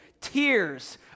tears